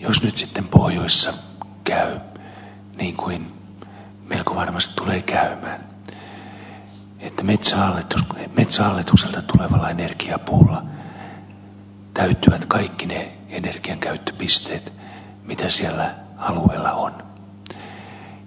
jos nyt sitten pohjoisessa käy niin niin kuin melko varmasti tulee käymään että metsähallitukselta tulevalla energiapuulla täyttyvät kaikki ne energiankäyttöpisteet mitä sillä alueella on